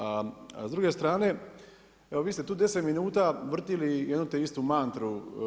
A s druge strane, evo vi ste tu 10 minuta vrtili jednu te istu mantru.